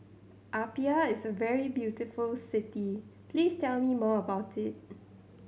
Apia is a very beautiful city please tell me more about it